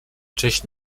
cześć